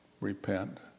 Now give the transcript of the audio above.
repent